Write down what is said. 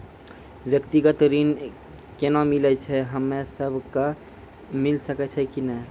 व्यक्तिगत ऋण केना मिलै छै, हम्मे सब कऽ मिल सकै छै कि नै?